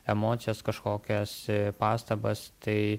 emocijas kažkokias pastabas tai